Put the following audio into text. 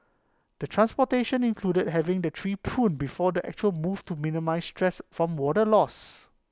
the transplantation included having the tree pruned before the actual move to minimise stress from water loss